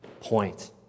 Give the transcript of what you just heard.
point